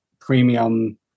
premium